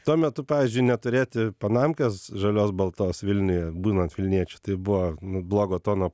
tuo metu pavyzdžiui neturėti panamkės žalios baltos vilniuje būnant vilniečiu tai buvo blogo tono